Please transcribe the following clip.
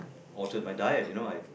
altered my diet you know I